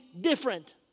different